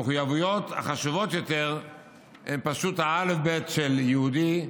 המחויבויות החשובות יותר הן פשוט האלף-בית של יהודי,